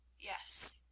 yes,